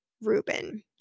Rubin